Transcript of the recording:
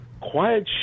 quiet